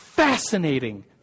fascinating